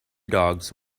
dogs